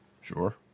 Sure